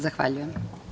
Zahvaljujem.